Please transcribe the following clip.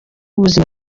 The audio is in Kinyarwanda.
ubuzima